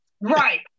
Right